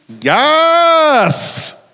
yes